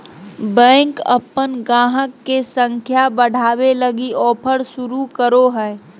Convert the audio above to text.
bank अपन गाहक के संख्या बढ़ावे लगी ऑफर शुरू करो हय